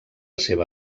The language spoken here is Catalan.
seva